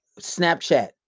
Snapchat